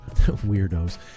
Weirdos